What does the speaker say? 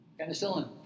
penicillin